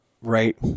right